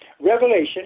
Revelation